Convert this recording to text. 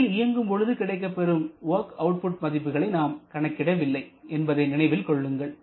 cycle இயங்கும் பொழுது கிடைக்கப்பெறும் வொர்க் அவுட்புட் மதிப்புகளை நாம் கணக்கிடவில்லை என்பதை நினைவில் கொள்ளுங்கள்